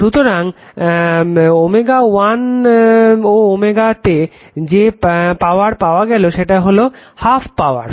সুতরাং to ω 1 ও ω তে যে পাওয়ার পাওয়া গেলো সেটা হলো হ্যাফ পাওয়ার